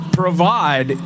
provide